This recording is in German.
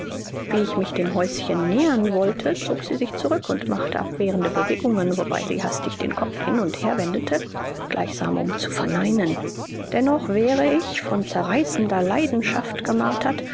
wie ich mich dem häuschen nähern wollte zog sie sich zurück und machte abwehrende bewegungen wobei sie hastig den kopf hin und her wendete gleichsam um zu verneinen dennoch wäre ich von zerreißender leidenschaft gemartert